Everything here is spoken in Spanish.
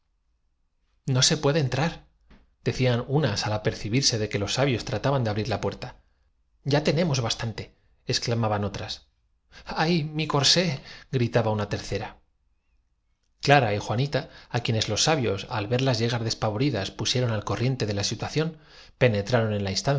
no se puede entrardecían unas al apercibirse de llas turgentes formas mal cubiertas por racimos de que los sabios trataban de abrir la puerta capullos de seda entretejidos con vellones de finísima ya tenemos bastanteexclamaban otras lana y contrastando el dorado color de sus tenues fila ay mi corsé gritaba una tercera lara y juanita á quienes los sabios al verlas llegar despavoridas pusieron al corriente de la situación penetraron en la